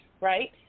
Right